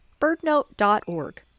birdnote.org